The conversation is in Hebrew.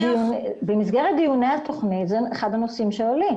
במסגרת דיוני התוכנית, זה אחד הנושאים שעולים.